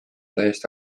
täiesti